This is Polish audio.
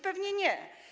Pewnie nie.